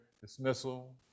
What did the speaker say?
dismissal